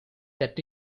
that